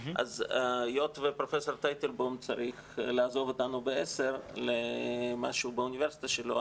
היות שפרופ' טייטלבאום צריך לעזוב אותנו בעשר למשהו באוניברסיטה שלו,